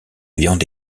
viande